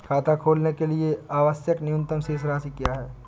खाता खोलने के लिए आवश्यक न्यूनतम शेष राशि क्या है?